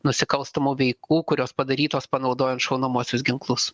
nusikalstamų veikų kurios padarytos panaudojant šaunamuosius ginklus